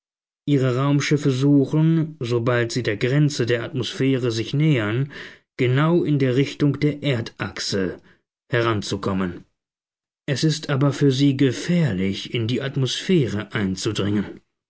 ihre raumschiffe suchen sobald sie der grenze der atmosphäre sich nähern genau in der richtung der erdachse heranzukommen es ist aber für sie gefährlich in die atmosphäre einzudringen